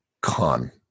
con